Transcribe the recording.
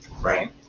Right